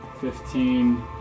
fifteen